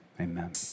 Amen